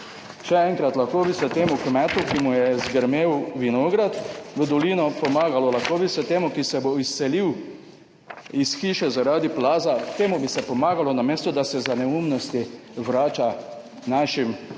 Še enkrat, lahko bi se temu kmetu, ki mu je zgrmel vinograd v dolino, pomagalo, lahko bi se temu, ki se bo izselil iz hiše zaradi plazu, temu bi se pomagalo, namesto da se za neumnosti vrača, tistim,